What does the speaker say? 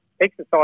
exercise